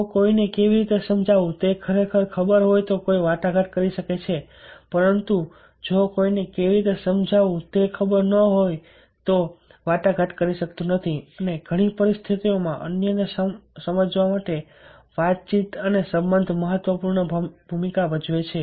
જો કોઈને કેવી રીતે સમજાવવું તે ખબર હોય તો કોઈ વાટાઘાટ કરી શકે છે પરંતુ જો કોઈને કેવી રીતે સમજાવવું તે ખબર ન હોય તો કોઈ વાટાઘાટ કરી શકતું નથી અને ઘણી પરિસ્થિતિઓમાં અન્યને સમજાવવા માટે વાતચીત અને સંબંધ મહત્વપૂર્ણ ભૂમિકા ભજવે છે